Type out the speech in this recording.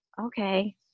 Okay